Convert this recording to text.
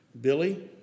Billy